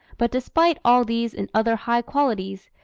but despite all these and other high qualities,